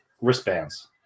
wristbands